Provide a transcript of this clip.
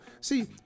See